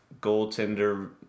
goaltender